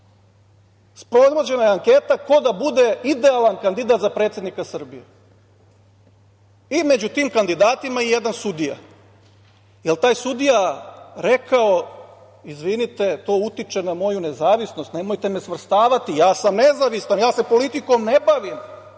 sprovođena je anketa ko da bude idealan kandidat za predsednika Srbije i među tim kandidatima je jedan sudija. Da li je taj sudija rekao – izvinite, to utiče na moju nezavisnost, nemojte me svrstavati, ja sam nezavistan, ja se politikom ne bavim?